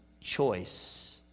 choice